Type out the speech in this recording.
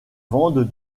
vendent